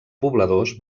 pobladors